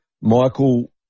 Michael